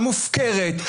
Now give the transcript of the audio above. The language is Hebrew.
המופקרת,